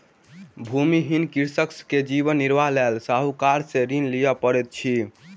भूमिहीन कृषक के जीवन निर्वाहक लेल साहूकार से ऋण लिअ पड़ैत अछि